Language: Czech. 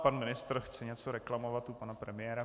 Pan ministr chce něco reklamovat u pana premiéra.